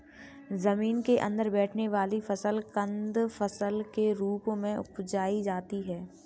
जमीन के अंदर बैठने वाली फसल कंद फसल के रूप में उपजायी जाती है